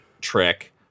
trick